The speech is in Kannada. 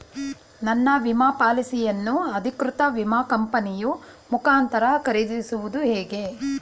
ನನ್ನ ವಿಮಾ ಪಾಲಿಸಿಯನ್ನು ಅಧಿಕೃತ ವಿಮಾ ಕಂಪನಿಯ ಮುಖಾಂತರ ಖರೀದಿಸುವುದು ಹೇಗೆ?